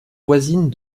voisine